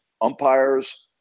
umpires